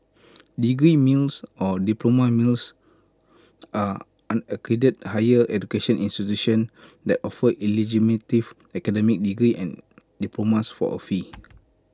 degree mills or diploma mills are unaccredited higher education institution that offer illegitimate academic degrees and diplomas for A fee